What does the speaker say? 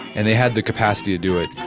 and they had the capacity to do it,